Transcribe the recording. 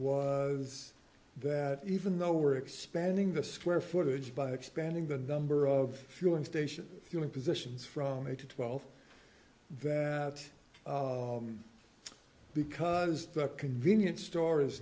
was that even though we're expanding the square footage by expanding the number of fueling stations fueling positions from eight to twelve that because the convenience store is